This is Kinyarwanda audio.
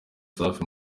safi